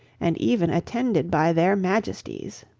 and even attended by their majesties.